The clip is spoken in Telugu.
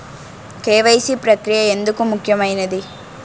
కే.వై.సీ ప్రక్రియ ఎందుకు ముఖ్యమైనది?